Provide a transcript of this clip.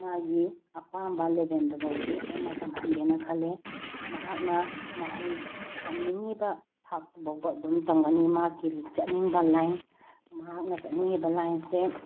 ꯃꯥꯒꯤ ꯑꯄꯥꯝꯕ ꯂꯦꯕꯦꯟꯗꯨ ꯐꯥꯎꯗꯤ ꯑꯩꯅ ꯇꯝꯍꯟꯒꯦꯅ ꯈꯜꯂꯤ ꯃꯍꯥꯛꯅ ꯃꯍꯩ ꯇꯝꯅꯤꯡꯉꯤꯕ ꯊꯥꯛꯇꯨ ꯐꯥꯎꯕ ꯑꯗꯨꯝ ꯇꯝꯒꯅꯤ ꯃꯍꯥꯛꯀꯤ ꯆꯠꯅꯤꯡꯕ ꯂꯥꯏꯟ ꯃꯍꯥꯛꯅ ꯆꯠꯅꯤꯡꯉꯤꯕ ꯂꯥꯏꯟꯁꯦ